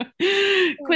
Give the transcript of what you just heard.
Quit